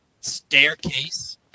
Staircase